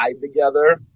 together